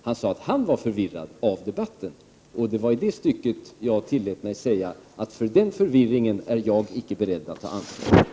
Han sade att han var förvirrad av debatten. I det stycket tillät jag mig säga att jag inte är beredd att ta ansvar för den förvirringen. Kammaren övergick till att fatta beslut i ärendet.